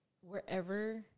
wherever –